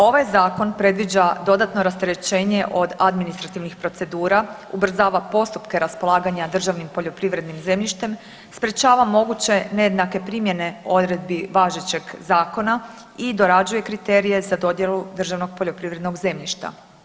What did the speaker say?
Ovaj zakon predviđa dodatno rasterećenje od administrativnih procedura, ubrzava postupke raspolaganja državnim poljoprivrednim zemljištem, sprječava moguće nejednake primjene odredbi važećeg zakona i dorađuje kriterije za dodjelu državnog poljoprivrednog zemljišta.